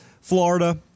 Florida